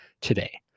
today